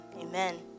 amen